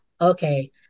okay